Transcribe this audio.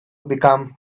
become